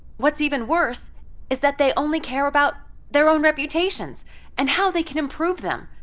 what's even worse is that they only care about their own reputations and how they can improve them.